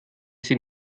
sie